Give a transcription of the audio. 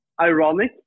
ironic